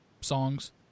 songs